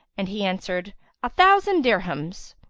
and he answered a thousand dirhams.